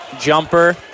jumper